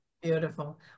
Beautiful